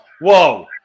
Whoa